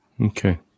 Okay